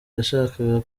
yashakaga